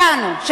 שלנו.